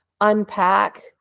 unpack